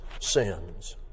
sins